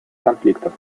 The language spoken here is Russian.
конфликтов